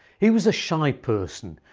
he was a shy person,